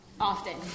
often